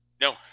No